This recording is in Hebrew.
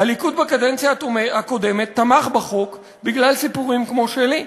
הליכוד בקדנציה הקודמת תמך בחוק בגלל סיפורים כמו שלי,